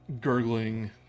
gurgling